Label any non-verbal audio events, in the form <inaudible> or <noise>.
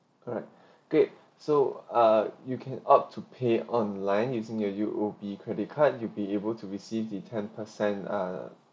alright <breath> okay so ah you can up to pay online using your U_O_B credit card you'll be able to receive the ten percent uh